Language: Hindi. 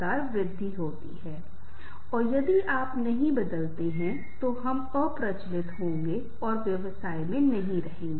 यह सब एक साथ आध्यात्मिक दुनिया है यह एक कह सकता है और वहां वे आनंद प्राप्त करते हैं लेकिन यह हमारे मानव जीवन में बहुत आवश्यक है